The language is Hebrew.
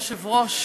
אדוני היושב-ראש,